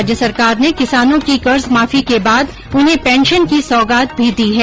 राज्य सरकार ने किसानों की कर्जमाफी के बाद उन्हें पेंशन की सौगात भी दी है